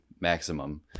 maximum